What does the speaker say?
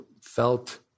felt